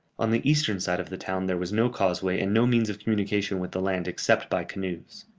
on the eastern side of the town there was no causeway and no means of communication with the land except by canoes.